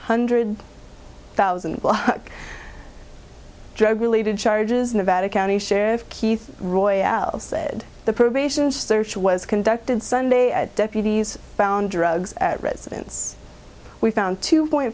hundred thousand drug related charges nevada county sheriff keith royales said the probation search was conducted sunday at deputies found drugs at residence we found two point